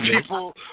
people